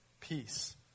peace